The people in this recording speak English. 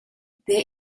there